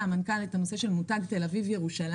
המנכ"ל ציין את המותג תל-אביב-ירושלים,